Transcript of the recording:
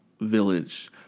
village